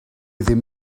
ddim